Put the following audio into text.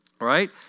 right